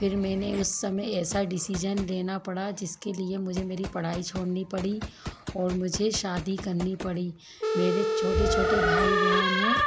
फिर मैंने उस समय ऐसा डिसीज़न लेना पड़ा जिसके लिए मुझे मेरी पढ़ाई छोड़नी पड़ी और मुझे शादी करनी पड़ी मेरे छोटे छोटे भाई बहन हैं